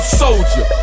soldier